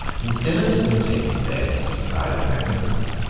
instead of imitating their eastern pride and magnificence,